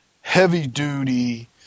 heavy-duty